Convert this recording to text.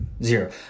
Zero